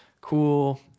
cool